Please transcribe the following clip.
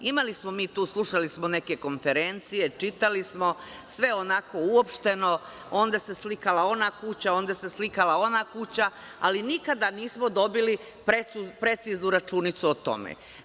Imali smo mi tu, slušali smo neke konferencije, čitali smo sve onako uopšteno, onde se slikala ona kuća, onde se slikala ona kuća, ali nikada nismo dobili preciznu računicu o tome.